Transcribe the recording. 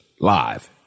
live